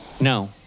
No